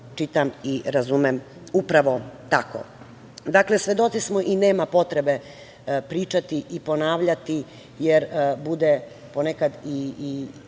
čitam i razumem upravo tako. Dakle, svedoci smo i nema potrebe pričati i ponavljati, jer bude nekad i